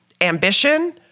ambition